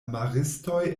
maristoj